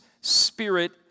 spirit